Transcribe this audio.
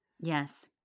Yes